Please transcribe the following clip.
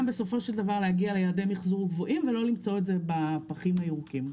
להגיע בסופו של דבר ליעדי מיחזור גבוהים ולא למצוא את זה בפחים הירוקים.